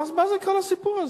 מה כל הסיפור הזה?